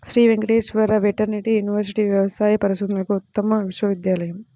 Shri Venkateswara veterinary university వ్యవసాయ పరిశోధనలకు ఉత్తమ విశ్వవిద్యాలయం